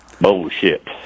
bullshit